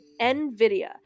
Nvidia